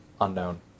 unknown